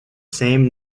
same